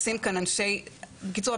בקיצור,